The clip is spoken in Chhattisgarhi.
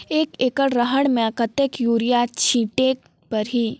एक एकड रहर म कतेक युरिया छीटेक परही?